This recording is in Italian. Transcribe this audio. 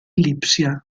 lipsia